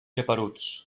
geperuts